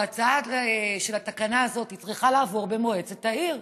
או הצעת התקנה הזאת, צריכה לעבור במועצת העיר.